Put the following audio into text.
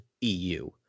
EU